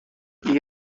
یکی